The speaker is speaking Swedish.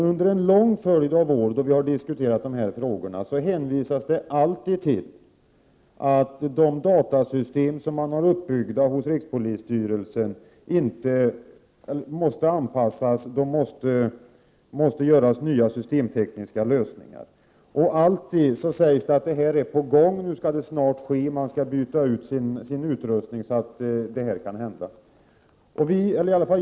Under en lång följd av år när dessa frågor har diskuterats har ni alltid hänvisat till att de datasystem som är uppbyggda hos rikspolisstyrelsen måste anpassas och att det måste göras nya systemtekniska lösningar. Alltid sägs det att arbetet är på gång och att utrustningen nu snart skall bytas ut så att dessa ändringar kan genomföras.